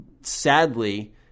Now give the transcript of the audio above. sadly